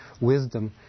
wisdom